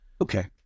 Okay